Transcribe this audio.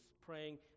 praying